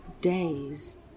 days